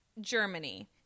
Germany